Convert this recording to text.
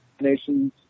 nations